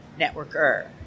networker